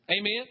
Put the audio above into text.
Amen